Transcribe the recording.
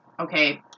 okay